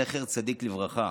זכר צדיק לברכה.